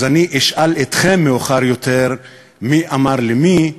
אז אני אשאל אתכם מאוחר יותר: מי אמר למי?